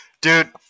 Dude